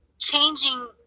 changing